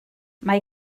mae